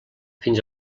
fins